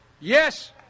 Yes